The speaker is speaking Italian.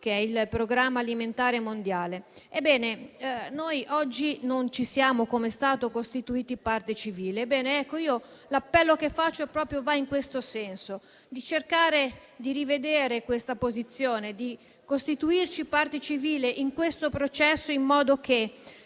del PAM (Programma alimentare mondiale); ma noi oggi, come Stato, non ci siamo costituiti parte civile. L'appello che faccio va proprio in questo senso: cercare di rivedere questa posizione e di costituirci parte civile in questo processo, in modo da